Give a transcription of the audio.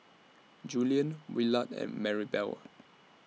Julien Willard and Marybelle